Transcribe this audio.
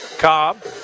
Cobb